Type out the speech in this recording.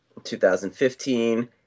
2015